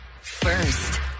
first